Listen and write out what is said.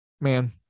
Man